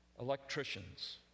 electricians